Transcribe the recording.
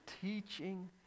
teaching